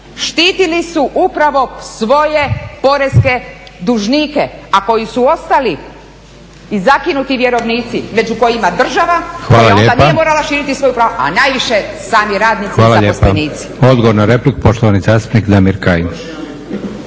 Štitili su upravo svoje poreske dužnike, a koji su ostali i zakinuti vjerovnici među kojima država, …, a najviše sami radnici i zaposlenici.